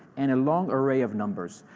and a long array of numbers.